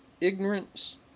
Ignorance